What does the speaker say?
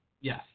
Yes